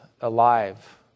alive